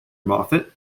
moffat